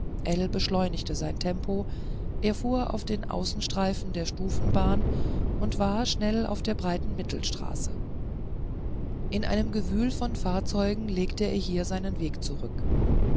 beschleunigte sein tempo er fuhr auf den außenstreifen der stufenbahn und war schnell auf der breiten mittelstraße in einem gewühl von fahrzeugen legte er hier seinen weg zurück